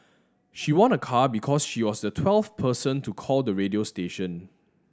she won a car because she was the twelfth person to call the radio station